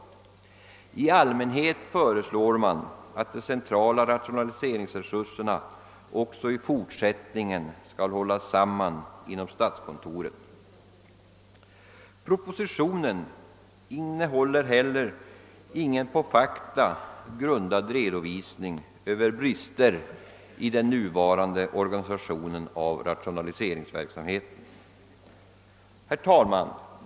Vidare heter det i propositionen: »I allmänhet föreslår man att de centrala rationaliseringsresurserna också i fortsättningen skall hållas samman inom statskontoret.» Propositionen innehåller heller ingen på fakta grundad redovisning över brister i den nuvarande organisationen av rationaliseringsverksamheten. Herr talman!